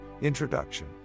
Introduction